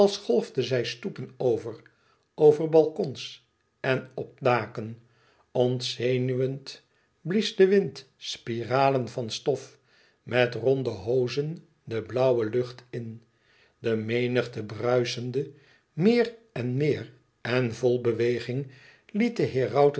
als golfde zij stoepen over over balkons en op daken ontzenuwend blies de wind spiralen van stof met ronde hoozen de blauwe lucht in de menigte bruisende meer en meer en vol beweging liet de herauten